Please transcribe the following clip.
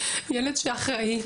ילד אחראי,